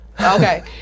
Okay